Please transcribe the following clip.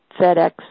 FedEx